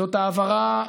זו העברה,